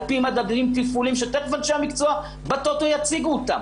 על-פי מדדים תפעוליים שתיכף אנשי המקצוע בטוטו יציגו אותם,